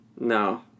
No